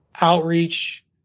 outreach